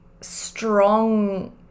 strong